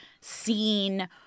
seen